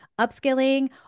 upskilling